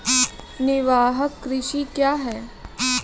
निवाहक कृषि क्या हैं?